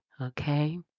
okay